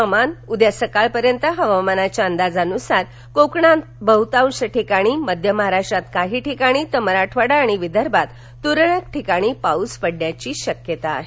हवामान उद्या सकाळ पर्यंतच्या हवामानाच्या अंदाजानुसार कोकणात बहुतांश ठिकाणी मध्य महाराष्ट्रात काही ठिकाणी तर मराठवाडा आणि विदर्भात तुरळक ठिकाणी पाऊस पडण्याची शक्यता आहे